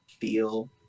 feel